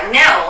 no